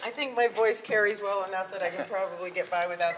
i think my voice carries well enough that i can probably get by without